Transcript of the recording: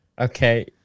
Okay